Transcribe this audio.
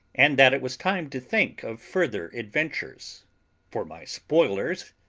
and that it was time to think of further adventures for my spoilers,